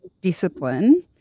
discipline